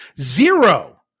Zero